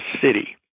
city